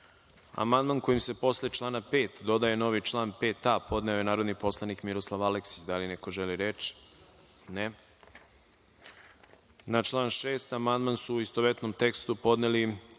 (Ne.)Amandman kojim se posle člana 5. dodaje novi član 5a je narodni poslanik Miroslav Aleksić. Da li neko želi reč? (Ne.)Na član 6. amandman, u istovetnom tekstu, podneli